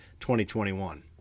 2021